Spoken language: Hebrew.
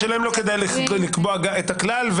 השאלה אם לא כדאי לקבוע את הכלל,